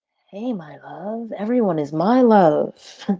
hey, my love? everyone is my love.